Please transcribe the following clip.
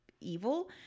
evil